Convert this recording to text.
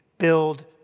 Build